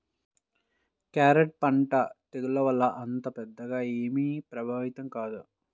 carrot పంట తెగుళ్ల వల్ల అంత పెద్దగా ఏమీ ప్రభావితం కాదు